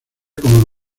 como